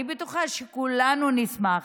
אני בטוחה שכולנו נשמח,